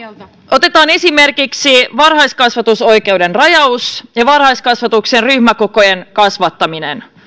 otetaan esimerkiksi varhaiskasvatusoikeuden rajaus ja varhaiskasvatuksen ryhmäkokojen kasvattaminen